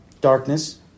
darkness